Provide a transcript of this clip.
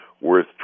worth